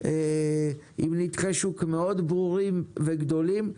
עם ניתחי שוק מאוד ברורים וגדולים,